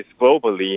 globally